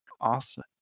awesome